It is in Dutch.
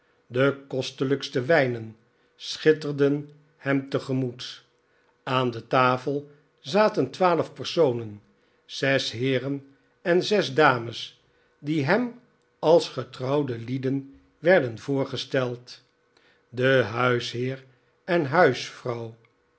de kostelijkste wijnen schitterden hem te gemoet aan de tafel zaten twaalf personen zes heeren en zes dames die hem als getrouwde lieden werden voorgesteld de huisheer en huisvrouw